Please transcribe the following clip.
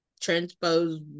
transpose